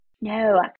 No